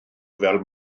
fel